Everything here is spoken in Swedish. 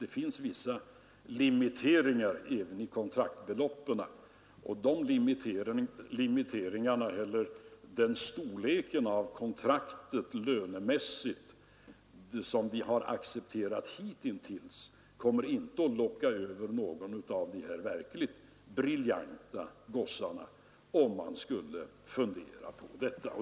Det finns vissa limiteringar även i kontraktsbeloppen, och de limiteringarna eller den storleken av kontraktet lönemässigt som vi hitintills har accepterat kommer inte att locka över någon av de verkligt briljanta gossarna, i fall man skulle fundera på detta.